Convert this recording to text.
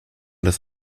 des